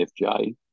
FJ